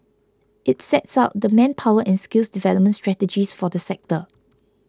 it sets out the manpower and skills development strategies for the sector